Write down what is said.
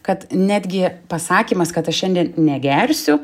kad netgi pasakymas kad aš šiandien negersiu